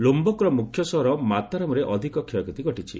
ଲୋୟକର ମୁଖ୍ୟ ସହର ମାତାରାମରେ ଅଧିକ କ୍ଷୟକ୍ଷତି ଘଟିଛି